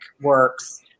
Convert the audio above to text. works